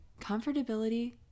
comfortability